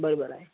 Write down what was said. बरोबर आहे